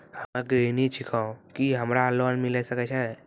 हम्मे गृहिणी छिकौं, की हमरा लोन मिले सकय छै?